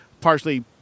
partially